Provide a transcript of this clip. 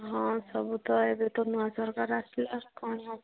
ହଁ ସବୁ ତ ଏବେ ତ ନୂଆ ସରକାର ଆସିଲା କ'ଣ ହେବ